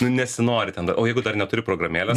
nu nesinori ten o jeigu dar neturi programėlės